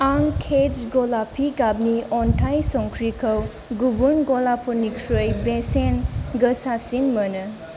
आं केत्च गलापि गाबनि अन्थाइ संख्रिखौ गुबुन गलाफोरनिख्रुइ बेसेन गोसासिन मोनो